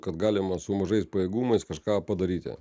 kad galima su mažais pajėgumais kažką padaryti